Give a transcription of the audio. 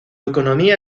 economía